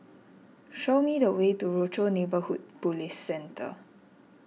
show me the way to Rochor Neighborhood Police Centre